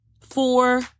four